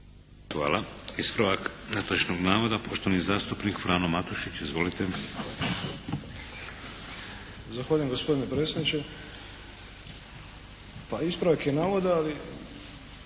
Hvala. Ispravak netočnog navoda, poštovani zastupnik Frano Matušić. Izvolite! **Matušić, Frano (HDZ)** Zahvaljujem gospodine predsjedniče. Pa ispravak je navoda ali